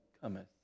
cometh